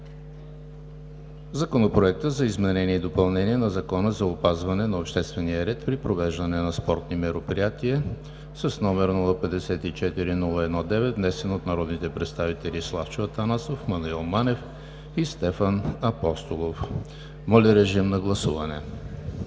Законопроекта за изменение и допълнение на Закона за опазване на обществения ред при провеждане на спортни мероприятия, № 054-01-9, внесен от народните представители Славчо Атанасов, Маноил Манев и Стефан Апостолов. Моля, гласувайте.